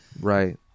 Right